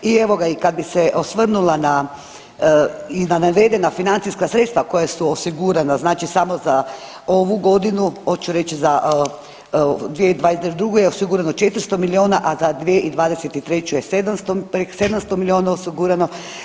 I kad bi se osvrnula i na navedena financijska sredstva koja su osigurana, znači samo za ovu godinu, hoću reći za 2022. je osigurano 400 milijuna, a za 2023. je preko 700 milijuna osigurano.